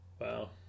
Wow